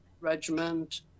regiment